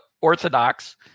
orthodox